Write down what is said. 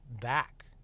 back